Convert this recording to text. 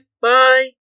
Bye